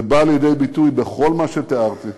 זה בא לידי ביטוי בכל מה שתיארתי,